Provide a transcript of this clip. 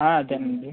అదేనండి